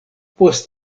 post